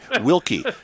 Wilkie